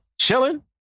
Chilling